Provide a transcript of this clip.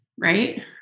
right